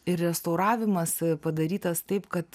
ir restauravimas padarytas taip kad